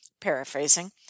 paraphrasing